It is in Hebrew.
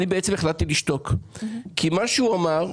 אני בעצם החלטתי לשתוק כי מה שהוא אמר,